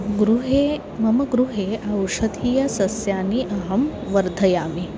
गृहे मम गृहे औषधीयसस्यानि अहं वर्धयामि